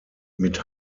mit